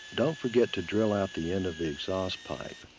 don't forget to drill out the end of the exhaust pipe.